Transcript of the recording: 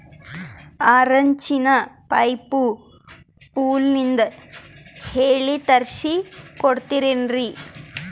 ಆರಿಂಚಿನ ಪೈಪು ಫೋನಲಿಂದ ಹೇಳಿ ತರ್ಸ ಕೊಡ್ತಿರೇನ್ರಿ?